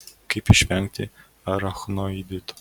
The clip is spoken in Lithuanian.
kaip išvengti arachnoidito